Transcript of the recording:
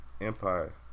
Empire